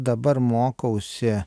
dabar mokausi